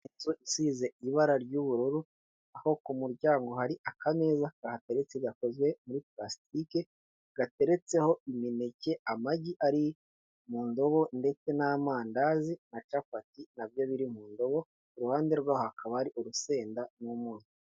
Inzu isize ibara ry'ubururu, aho ku muryango hari akameza kahateretse gakozwe muri pulasitike, gateretseho imineke, amagi ari mu ndobo ndetse n'amandazi na capati na byo biri mu ndobo, iruhande rwe hakaba ari urusenda n'umunyu.